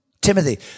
Timothy